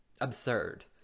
absurd